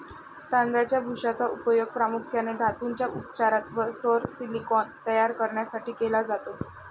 तांदळाच्या भुशाचा उपयोग प्रामुख्याने धातूंच्या उपचारात व सौर सिलिकॉन तयार करण्यासाठी केला जातो